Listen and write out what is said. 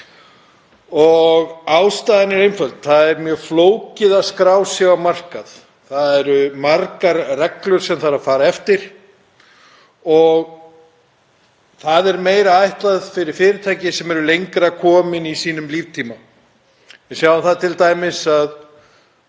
12. Ástæðan er einföld: Það er mjög flókið að skrá sig á markað. Það eru margar reglur sem þarf að fara eftir og það er meira ætlað fyrir fyrirtæki sem eru lengra komin í sínum líftíma. Við sjáum það t.d. að